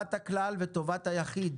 טובת הכלל וטובת היחיד